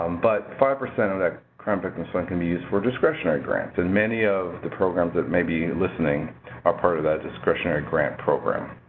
um but five percent of crime victims fund can be used for discretionary grants. and many of the programs that may be listening are part of that discretionary grant program.